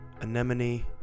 Anemone